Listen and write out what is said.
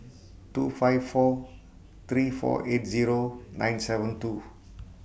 two five four three four eight Zero nine seven two